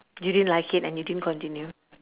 you didn't like it and you didn't continue